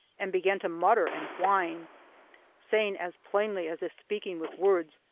and began to mutter and whine saying as plainly as if speaking with words,